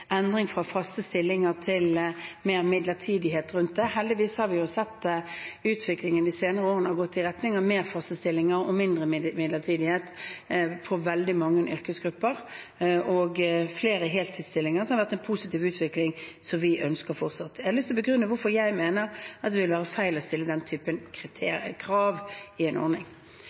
endring fra faste stillinger til mer midlertidighet. Heldigvis har vi sett at utviklingen de senere årene har gått i retning av flere faste stillinger og mindre midlertidighet for veldig mange yrkesgrupper og flere heltidsstillinger, som har vært en positiv utvikling som vi fortsatt ønsker. Jeg har lyst til å begrunne hvorfor jeg mener at det vil være feil å stille den typen krav i en ordning.